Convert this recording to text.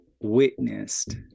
witnessed